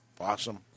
Awesome